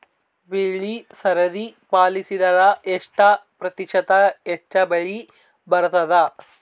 ಬೆಳಿ ಸರದಿ ಪಾಲಸಿದರ ಎಷ್ಟ ಪ್ರತಿಶತ ಹೆಚ್ಚ ಬೆಳಿ ಬರತದ?